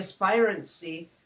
aspirancy